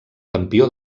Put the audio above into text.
campió